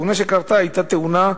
התאונה שקרתה היתה תאונה,